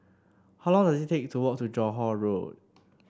how long does it take to walk to Johore Road